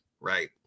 right